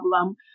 problem